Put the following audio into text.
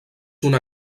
una